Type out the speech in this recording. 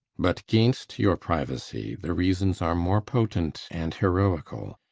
but gainst your privacy the reasons are more potent and heroical.